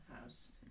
house